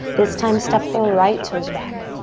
this time step the right toes back.